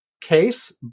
case